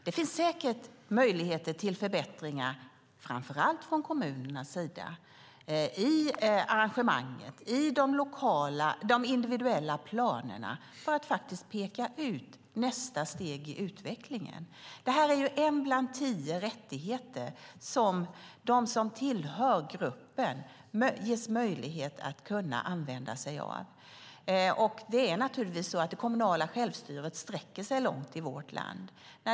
Det finns säkert möjligheter till förbättringar, framför allt från kommunernas sida, i arrangemangen och i de individuella planerna för att peka ut nästa steg i utvecklingen. Detta är en bland tio rättigheter som de som tillhör gruppen ges möjlighet att använda sig av. Det kommunala självstyret sträcker sig långt i vårt land.